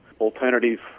alternative